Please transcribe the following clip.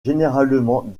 généralement